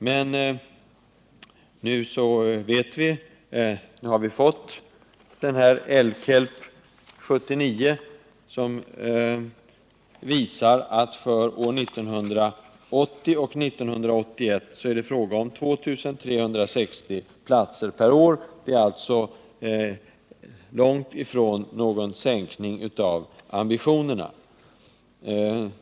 Men nu har vi fått LKELP 79, som visar att för åren 1980-1981 är det fråga om 2 360 platser per år. Det är alltså långt ifrån någon sänkning av ambitionerna.